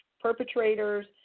perpetrators